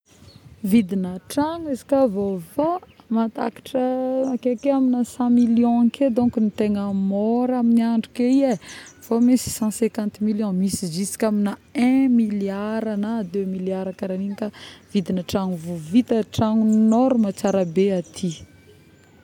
vidigny tragno izy ka vôvô, matakatra akeke˂hesitation˃ amina cent million ake donc no tegna môra aminandro ake io ee, fô misy cent-cinquante million ziska amina un milliard na deux milliard karagniny ka vidigna trano vô vita, tragno vôvita tragno norme tsara be aty